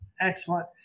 Excellent